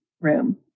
room